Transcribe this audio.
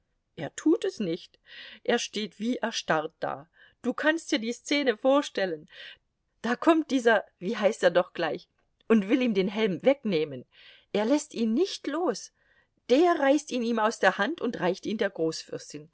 er tut es nicht er steht wie erstarrt da du kannst dir die szene vorstellen da kommt dieser wie heißt er doch gleich und will ihm den helm wegnehmen er läßt ihn nicht los der reißt ihn ihm aus der hand und reicht ihn der